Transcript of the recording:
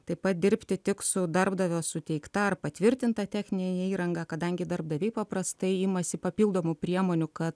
taip pat dirbti tik su darbdavio suteikta patvirtinta techninė įranga kadangi darbdaviai paprastai imasi papildomų priemonių kad